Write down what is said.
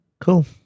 cool